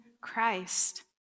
christ